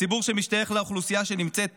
הציבור שמשתייך לאוכלוסייה שנמצאת